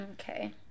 Okay